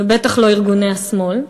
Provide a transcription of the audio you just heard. ובטח לא ארגוני השמאל.